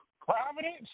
Providence